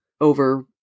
over